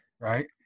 right